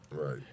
Right